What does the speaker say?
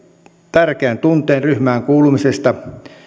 tärkeän tunteen ryhmään kuulumisesta